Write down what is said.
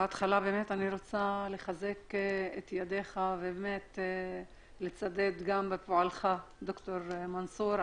אני רוצה בתחילה לחזק את ידיך ולצדד בפועלך ד"ר מנסור,